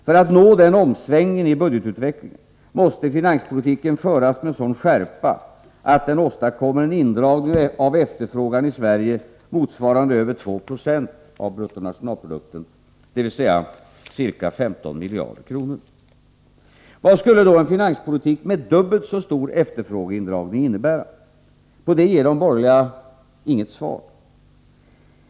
För att nå denna omsvängning i budgetutvecklingen måste finanspolitiken föras med sådan skärpa att den åstadkommer en indragning av efterfrågan i Sverige motsvarande över 2 90 av BNP, dvs. ca 15 miljarder kronor. Vad skulle då en finanspolitik med dubbelt så stor efterfrågeindragning innebära? På detta ger de borgerliga inget svar.